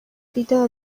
بیدار